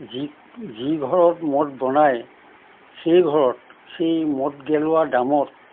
যি যি ঘৰত মদ বনায় সেই ঘৰত সেই মদ গেলোৱা ড্ৰামত